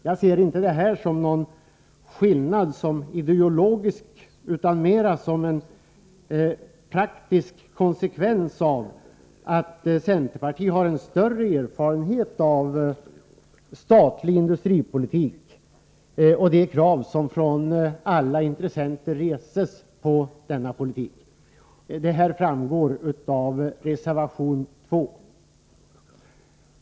Jag ser inte den skillnaden som ideologisk utan mera som en praktisk konsekvens av att centerpartiet har en större erfarenhet av statlig industripolitik och de krav som från alla intressenter ställs på denna politik. Det här framgår av reservation 2.